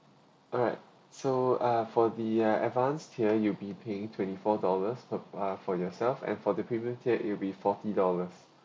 alright so uh for the uh advanced tier you'll be paying twenty four dollars per par for yourself and for the premium tier it'll be forty dollars